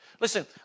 listen